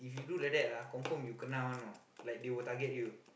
if you do like that [agh] confirm you kena one know like they will target you